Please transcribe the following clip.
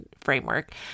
framework